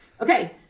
Okay